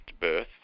birth